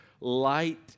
light